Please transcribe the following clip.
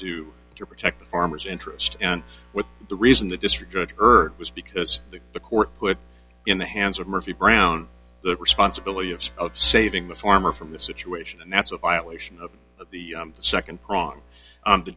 do to protect the farmers interest and what the reason the district judge heard was because the the court put in the hands of murphy brown the responsibility of of saving the farmer from the situation and that's a violation of the nd prong on the